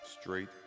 Straight